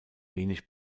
wenig